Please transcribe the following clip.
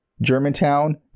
Germantown